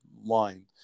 line